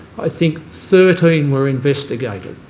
i think thirteen were investigated.